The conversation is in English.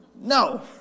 No